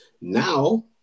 Now